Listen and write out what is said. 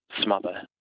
smother